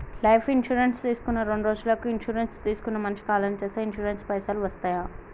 Life insurance తీసుకున్న రెండ్రోజులకి insurance తీసుకున్న మనిషి కాలం చేస్తే ఇన్సూరెన్స్ పైసల్ వస్తయా?